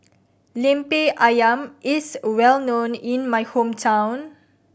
Lemper Ayam is well known in my hometown